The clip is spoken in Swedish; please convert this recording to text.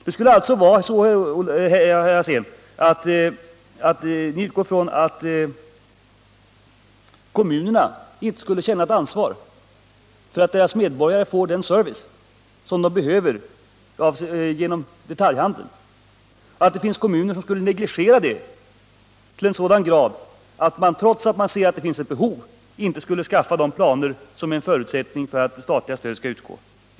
Det förefaller vara så att herr Alsén utgår från att kommunerna inte skulle känna sitt ansvar för att deras medborgare genom detaljhandeln får den service som de behöver och att det finns kommuner som skulle negligera sitt ansvar i en sådan grad att de, trots att man där anser att det finns ett behov, ändå inte skulle utarbeta de planer som är en förutsättning för att statligt stöd skall kunna utgå.